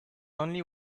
only